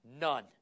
None